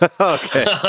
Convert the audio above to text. Okay